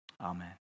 Amen